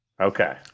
Okay